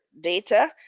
data